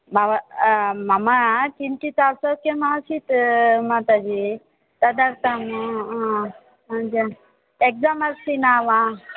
बव मम किञ्चित् अस्वास्थ्यमासीत् माताजि तदर्थं ए़क्साम् अस्ति न वा